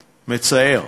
מצעֵר,